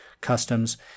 customs